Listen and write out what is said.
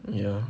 ya